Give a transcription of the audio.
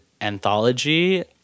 anthology